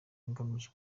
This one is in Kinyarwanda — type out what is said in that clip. ngamije